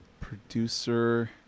Producer